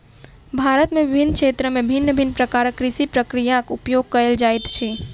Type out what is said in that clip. भारत में विभिन्न क्षेत्र में भिन्न भिन्न प्रकारक कृषि प्रक्रियाक उपयोग कएल जाइत अछि